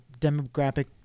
Demographic